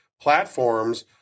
platforms